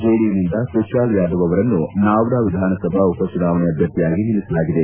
ಜೆಡಿಯುನಿಂದ ಕುಶಾಲ್ ಯಾದವ್ ಅವರನ್ನು ನಾವ್ಡಾ ವಿಧಾನಸಭಾ ಉಪಚುನಾವಣೆ ಅಭ್ವರ್ಥಿಯಾಗಿ ನಿಲ್ಲಿಸಲಾಗಿದೆ